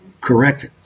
correct